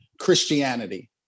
Christianity